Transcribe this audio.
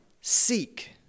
Seek